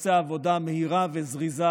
ותתבצע עבודה מהירה וזריזה.